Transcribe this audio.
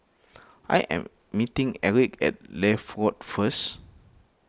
I am meeting Erick at Leith Road first